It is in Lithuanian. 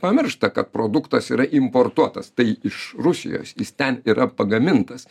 pamiršta kad produktas yra importuotas tai iš rusijos jis ten yra pagamintas